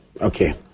Okay